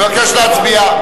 מבקש להצביע.